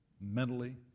mentally